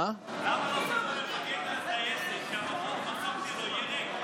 למה לא סיפרו למפקד הטייסת שהמסוק שלו יהיה ריק?